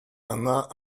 она